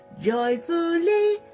Joyfully